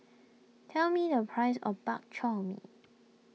tell me the price of Bak Chor Mee